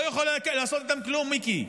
לא יכול לעשות איתם כלום, מיקי.